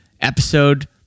episode